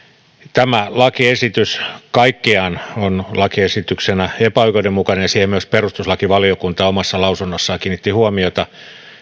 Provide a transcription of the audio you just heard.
tämä lakiesitys kaikkiaan on epäoikeudenmukainen ja siihen myös perustuslakivaliokunta omassa lausunnossaan kiinnitti huomiota